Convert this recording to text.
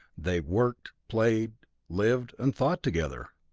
they worked, played, lived, and thought together.